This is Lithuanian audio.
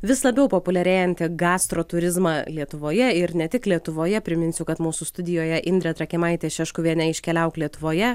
vis labiau populiarėjantį gastro turizmą lietuvoje ir ne tik lietuvoje priminsiu kad mūsų studijoje indrė trakimaitė šeškuvienė iš keliauk lietuvoje